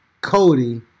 Cody